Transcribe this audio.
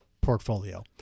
portfolio